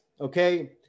okay